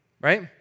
right